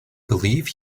believe